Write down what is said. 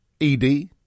ED